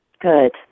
Good